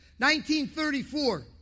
1934